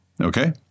Okay